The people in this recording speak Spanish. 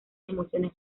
emociones